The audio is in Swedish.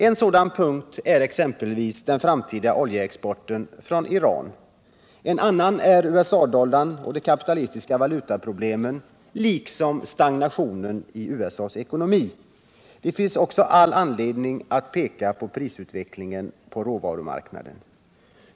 En sådan punkt är den framtida oljeexporten från Iran, andra är USA dollarn och de kapitalistiska valutaproblemen liksom stagnationen i USA:s ekonomi. Det finns också all anledning att peka på prisutvecklingen på råvarumarknaden.